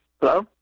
Hello